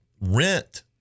rent